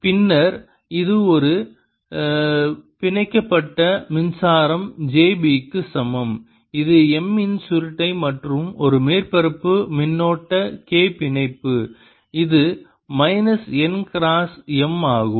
பின்னர் இது ஒரு பிணைக்கப்பட்ட மின்சாரம் j b க்கு சமம் இது M இன் சுருட்டை மற்றும் ஒரு மேற்பரப்பு மின்னோட்ட k பிணைப்பு இது மைனஸ் n கிராஸ் M ஆகும்